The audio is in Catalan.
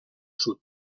sud